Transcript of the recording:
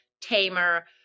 tamer